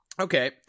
okay